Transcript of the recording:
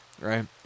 right